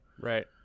Right